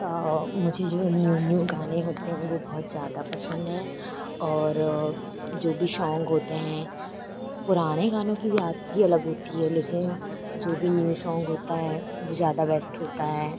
और मुझे जो है न्यू न्यू गाने होते हैं वे बहुत ज़्यादा पसंद हैं और जो भी शॉन्ग होते हैं पुराने गानों की बात ही अलग होती है लेकिन जो भी न्यू शॉन्ग होता है वह ज़्यादा बेस्ट होता है